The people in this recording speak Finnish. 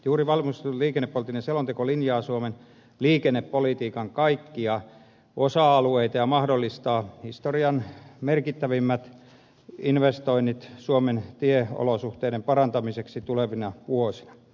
juuri valmistunut liikennepoliittinen selonteko linjaa suomen liikennepolitiikan kaikkia osa alueita ja mahdollistaa historian merkittävimmät investoinnit suomen tieolosuhteiden parantamiseksi tulevina vuosina